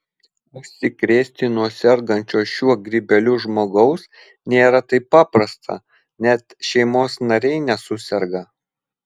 užsikrėsti nuo sergančio šiuo grybeliu žmogaus nėra taip paprasta net šeimos nariai nesuserga